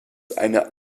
eine